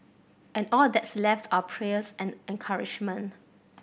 and all that's left are prayers and encouragement